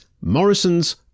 Morrison's